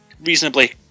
reasonably